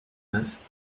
neuf